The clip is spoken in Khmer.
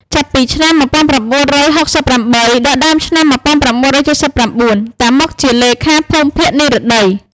ចាប់ពីឆ្នាំ១៩៦៨ ដល់ដើមឆ្នាំ១៩៧៩ តាម៉ុក ជាលេខាភូមិភាគ និរតី ។